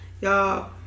Y'all